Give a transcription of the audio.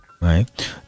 Right